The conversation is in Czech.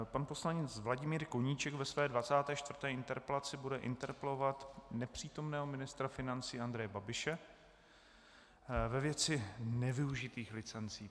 Pan poslanec Vladimír Koníček ve své 24. interpelaci bude interpelovat nepřítomného ministra financí Andreje Babiše ve věci nevyužitých licencí.